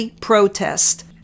protest